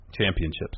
Championships